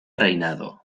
reinado